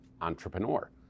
entrepreneur